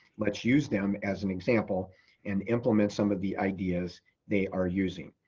let's use them as an example and implement some of the ideas they are using.